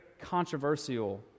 controversial